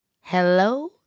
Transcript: Hello